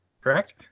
Correct